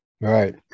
Right